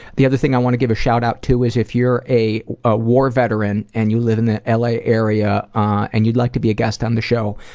the other thing i want to give a shout out to is if you're a a war veteran and you live in the ah la area and you'd like to be a guest on the show,